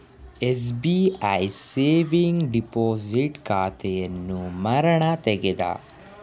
SBI saving deposit ಖಾತೆಯನ್ನು ಮಾರಣ್ಣ ತೆಗದ